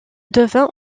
devint